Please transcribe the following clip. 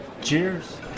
cheers